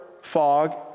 fog